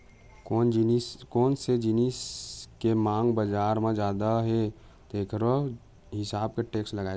कोन से जिनिस के मांग बजार म जादा हे तेखरो हिसाब ले टेक्स लगाए जाथे